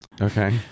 Okay